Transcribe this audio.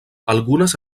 algunes